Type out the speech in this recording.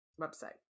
Website